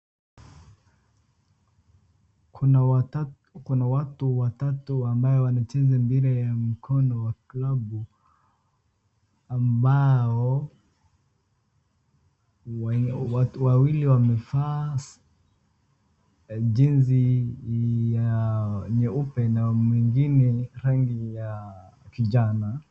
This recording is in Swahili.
Kuna watatu kuna watu watatu ambao wanacheza mpira wa mkono wa klabu ambao watu wawili wamevaa jezi ya nyeupe na mwingine rangi ya kijana.